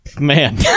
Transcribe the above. Man